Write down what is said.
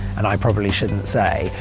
and i probably shouldn't say,